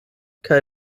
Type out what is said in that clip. kaj